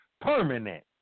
Permanent